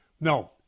no